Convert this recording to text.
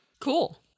Cool